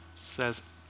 says